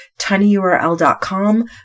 tinyurl.com